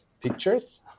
pictures